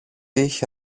είχε